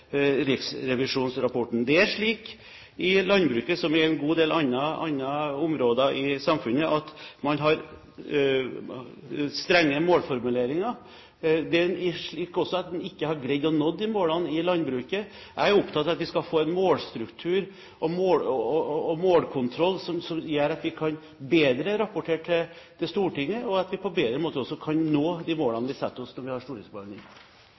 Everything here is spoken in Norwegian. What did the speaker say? riksrevisjonsrapporten. Det er slik i landbruket som på en god del andre områder i samfunnet, at man har strenge målformuleringer. Det er også slik at en ikke har greid å nå de målene i landbruket. Jeg er opptatt av at vi skal få en målstruktur og målkontroll som gjør at vi bedre kan rapportere til Stortinget, og at vi på en bedre måte kan nå de målene vi setter oss når vi har stortingsbehandling.